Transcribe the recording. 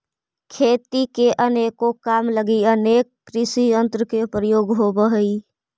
खेती के अनेको काम लगी अनेक कृषियंत्र के प्रयोग होवऽ हई